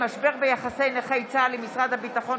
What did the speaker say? בנושא: משבר ביחסי נכי צה"ל עם משרד הביטחון,